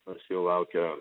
nors jo laukia